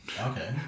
Okay